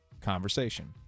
conversation